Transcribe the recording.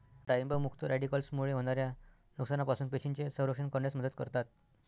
डाळिंब मुक्त रॅडिकल्समुळे होणाऱ्या नुकसानापासून पेशींचे संरक्षण करण्यास मदत करतात